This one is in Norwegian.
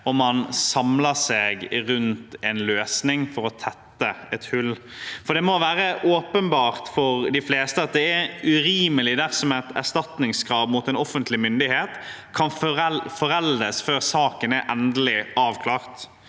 og man samler seg rundt en løsning for å tette et hull. For det må være åpenbart for de fleste at det er urimelig dersom et erstatningskrav mot en offentlig myndighet kan foreldes før saken er endelig avklart.